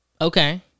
okay